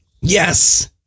Yes